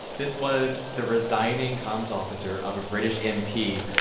this was the resigning comms officer of a british mp,